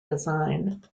design